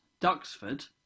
Duxford